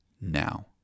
now